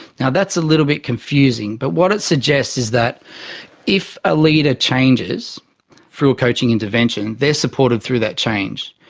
yeah that's a little bit confusing, but what it suggests is that if a leader changes through a coaching intervention, they are supported through that change.